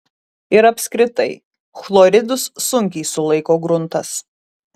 ir apskritai chloridus sunkiai sulaiko gruntas